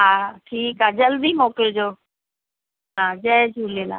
हा ठीकु आहे जल्दी मोकिलजो हा जय झूलेलाल